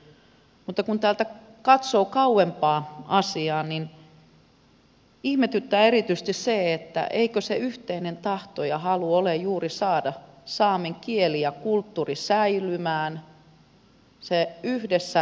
mutta kun katsoo täältä kauempaa asiaa niin ihmetyttää erityisesti se että eikö se yhteinen tahto ja halu ole juuri saada saamen kieli ja kulttuuri säilymään yhdessä vahvistaa sitä